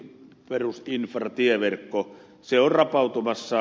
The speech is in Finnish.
se on rapautumassa